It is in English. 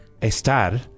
Estar